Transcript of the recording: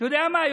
אתה יודע מה,